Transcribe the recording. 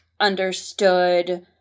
understood